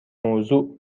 موضوع